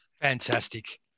Fantastic